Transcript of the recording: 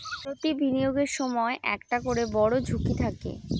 প্রতি বিনিয়োগের সময় একটা করে বড়ো ঝুঁকি থাকে